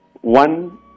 One